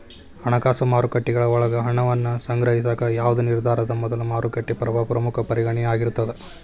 ಹಣಕಾಸು ಮಾರುಕಟ್ಟೆಗಳ ಒಳಗ ಹಣವನ್ನ ಸಂಗ್ರಹಿಸಾಕ ಯಾವ್ದ್ ನಿರ್ಧಾರದ ಮೊದಲು ಮಾರುಕಟ್ಟೆ ಪ್ರಭಾವ ಪ್ರಮುಖ ಪರಿಗಣನೆ ಆಗಿರ್ತದ